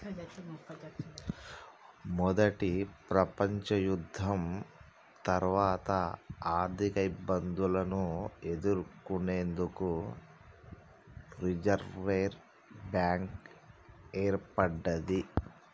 మొదటి ప్రపంచయుద్ధం తర్వాత ఆర్థికఇబ్బందులను ఎదుర్కొనేందుకు రిజర్వ్ బ్యాంక్ ఏర్పడ్డది